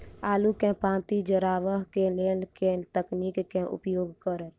आलु केँ पांति चरावह केँ लेल केँ तकनीक केँ उपयोग करऽ?